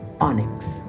onyx